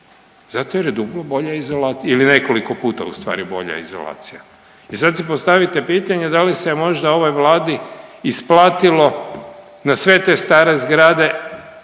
zato jer je duplo bolja izolacija ili nekoliko puta u stvari bolja izolacija. I sad si postavite pitanje da li se možda ovoj Vladi isplatilo na sve te stare zgrade